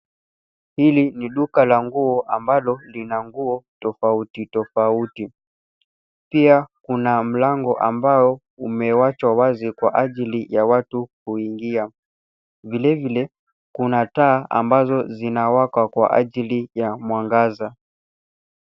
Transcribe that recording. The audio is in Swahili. Hili ni duka la nguo ambalo lina nguo tofautitofauti. Pia kuna mlango ambao umewachwa wazi kwa ajili ya watu kuingia. Vilevile kuna taa ambazo zinawakwa kwa ajili ya mwangaza.